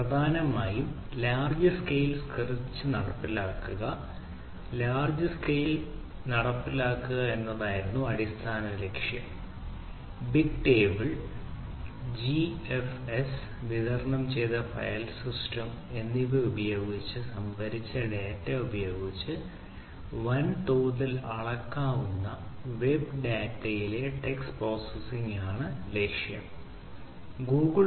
പ്രധാനമായും large scale search നടപ്പിലാക്കുക large scale സെർച്ചിൽ